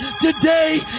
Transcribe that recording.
today